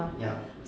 yup